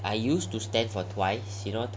I used to stand for twice you know twice